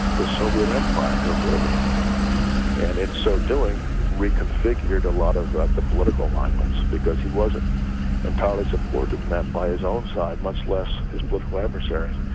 the soviet empire completely and in so doing reconfigured a lot of that the political alignments because he wasn't entirely supportive in that by his own side much less his political adversaries,